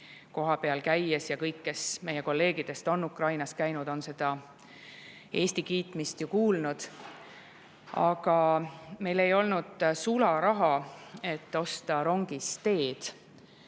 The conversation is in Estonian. kohapeal käies – kõik meie kolleegid, kes on Ukrainas käinud, on sealset Eesti kiitmist ju kuulnud –, aga meil ei olnud sularaha, et osta rongis teed.